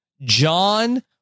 john